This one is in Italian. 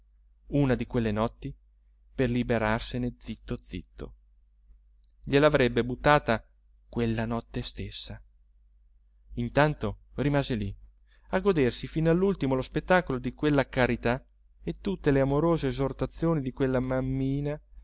una di quelle notti per liberarsene zitto zitto gliel'avrebbe buttata quella notte stessa intanto rimase lì a godersi fino all'ultimo lo spettacolo di quella carità e tutte le amorose esortazioni di quella mammina